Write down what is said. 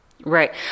Right